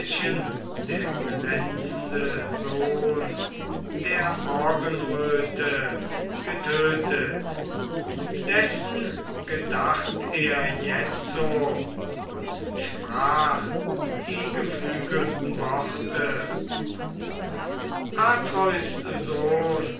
der glänzende sohn der morgenröte getötet dessen gedacht er jetzo und sprach die geflügelten worte atreus sohn